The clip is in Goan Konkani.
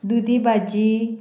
दुदी भाजी